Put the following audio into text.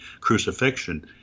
crucifixion